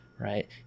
right